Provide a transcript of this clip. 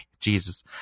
jesus